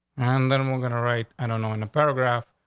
and then we're gonna right? i don't know, in the paragraph.